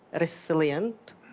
resilient